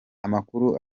amakuru